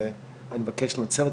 אנחנו נתקלות המון,